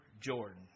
Jordan